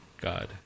God